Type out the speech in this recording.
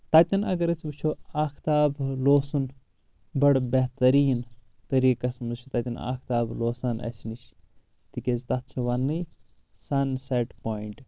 تتٮ۪ن اگر أسۍ وٕچھو آختاب لوسُن بڈٕ بہترین طٔریقس منٛز چھُ تتٮ۪ن آختاب لوسان اسہِ نِش تِکیاز تتھ چھِ وننٕے سن سیٚٹ پۄینٹ